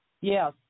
Yes